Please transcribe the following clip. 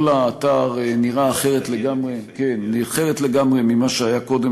כל האתר נראה אחרת לגמרי ממה שהיה קודם,